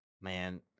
Man